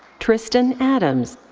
tristan adams.